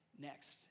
next